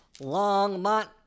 Longmont